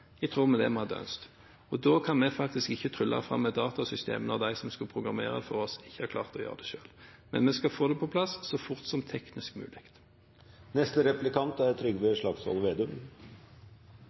i tråd med det vi hadde ønsket. Vi kan faktisk ikke trylle fram et datasystem når de som skulle programmere det for oss, ikke har klart å gjøre det selv. Men vi skal få det på plass så fort som teknisk mulig. Forstår jeg det rett at statsråden er